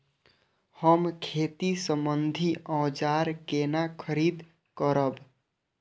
हम खेती सम्बन्धी औजार केना खरीद करब?